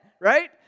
right